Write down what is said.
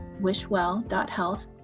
wishwell.health